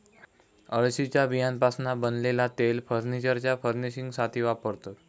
अळशीच्या बियांपासना बनलेला तेल फर्नीचरच्या फर्निशिंगसाथी वापरतत